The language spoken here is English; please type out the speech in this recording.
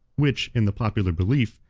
which, in the popular belief,